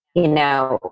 you know,